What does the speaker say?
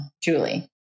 Julie